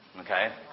okay